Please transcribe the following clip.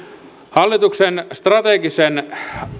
hallituksen strategisen